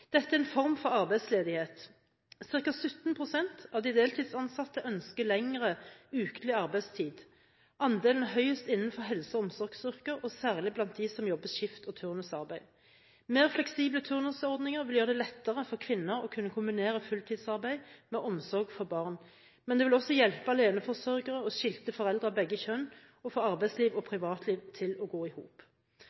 Dette er en form for arbeidsledighet. Cirka 17 pst. av de deltidsansatte ønsker lengre ukentlig arbeidstid. Andelen er høyest innenfor helse- og omsorgsyrker, og særlig blant dem som jobber skift og turnusarbeid. Mer fleksible turnusordninger vil gjøre det lettere for kvinner å kunne kombinere fulltidsarbeid med omsorg for barn. Men det vil også hjelpe aleneforsørgere og skilte foreldre av begge kjønn og få arbeidsliv og